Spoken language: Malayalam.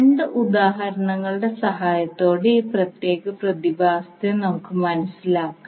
രണ്ട് ഉദാഹരണങ്ങളുടെ സഹായത്തോടെ ഈ പ്രത്യേക പ്രതിഭാസത്തെ നമുക്ക് മനസ്സിലാക്കാം